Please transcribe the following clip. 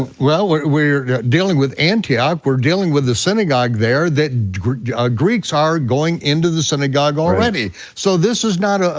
well, we're we're dealing with antioch, we're dealing with the synagogue there that greeks ah greeks are going into the synagogue already. so this is not, ah